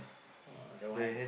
uh that one